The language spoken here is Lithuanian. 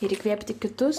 ir įkvėpti kitus